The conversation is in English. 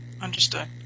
Understood